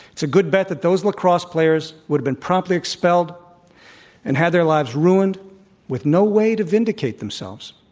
it's a good bet that those lacrosse players would have been promptly expelled and had their lives ruined with no way to vindicate themselves.